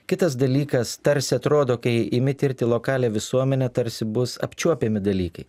kitas dalykas tarsi atrodo kai imi tirti lokalią visuomenę tarsi bus apčiuopiami dalykai